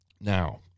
Now